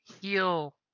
heal